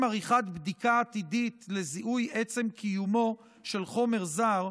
עריכת בדיקה עתידית לזיהוי עצם קיומו של חומר זר,